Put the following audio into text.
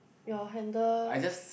your handle